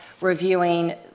reviewing